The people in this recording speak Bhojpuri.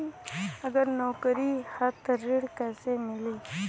अगर नौकरी ह त ऋण कैसे मिली?